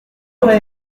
aurait